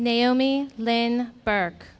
naomi lynn burke